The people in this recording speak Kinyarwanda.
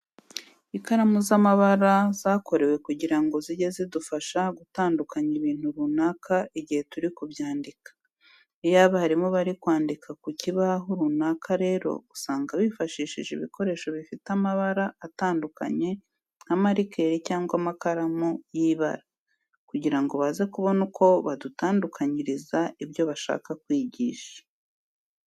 Ikaramu z'amabara zakorewe kugira ngo zijye zidufasha gutandukanya ibintu runaka igihe turi kubyandika. Iyo abarimu bari kwandika ku kibaho runaka rero usanga bifashishije ibikoresho bifite amabara atandukanye nka marikeri cyangwa amakaramu y'ibara, kugira ngo baze kubona uko badutandukanyiriza ibyo bashaka kwigisha.